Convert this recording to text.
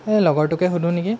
এই লগৰটোকে সোধোঁ নেকি